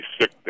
sick